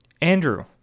Andrew